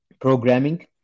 programming